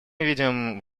видим